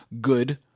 good